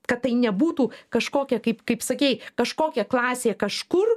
kad tai nebūtų kažkokia kaip kaip sakei kažkokia klasė kažkur